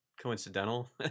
coincidental